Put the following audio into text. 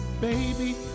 Baby